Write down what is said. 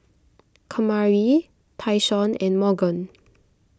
Kamari Tyshawn and Morgan